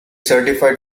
certified